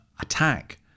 attack